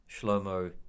Shlomo